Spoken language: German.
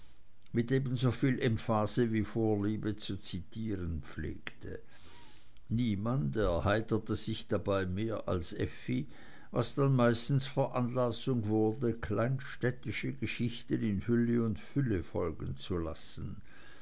mit ebensoviel emphase wie vorliebe zu zitieren pflegte niemand erheiterte sich dabei mehr als effi was dann meistens veranlassung wurde kleinstädtische geschichten in hülle und fülle folgen zu lassen